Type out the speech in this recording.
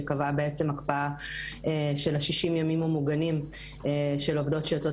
שקבעה בעצם הקפאה של ה-60 ימים המוגנים של עובדות שיוצאות